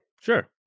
Sure